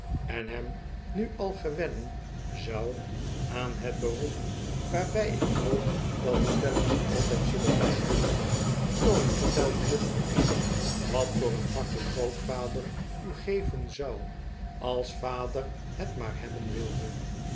en hem nu al gewennen zou aan het beroep waarbij ik hoop dat de wellers altijd zullen blijven tony vertel de juffrouw eens wat voor een pakje grootvader u geven zou als vader het maar hebben wilde